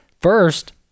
first